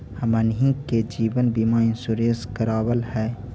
हमनहि के जिवन बिमा इंश्योरेंस करावल है?